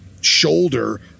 shoulder